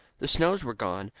the snows were gone,